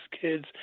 kids